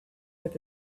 with